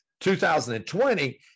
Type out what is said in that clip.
2020